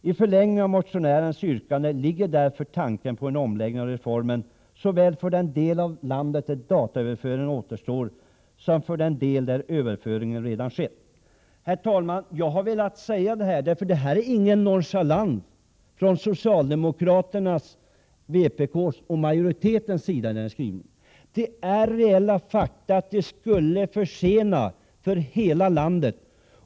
I förlängningen av motionärens yrkande ligger därför tanken på en omläggning av reformen såväl för den del av landet där dataöverföringen återstår som för den del där överföringen redan skett. Herr talman! Utskottets skrivning beror inte på någon nonchalans från majoritetens, socialdemokraternas och vpk:s, sida. Det är reella fakta att ett bifall till motionärens yrkande skulle försena dataöverföringen för hela landet.